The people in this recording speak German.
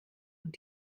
und